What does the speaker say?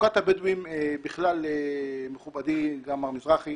תעסוקת הבדואים בכלל מכובדי, גם חבר הכנסת מזרחי